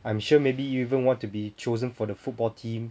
I am sure maybe you even want to be chosen for the football team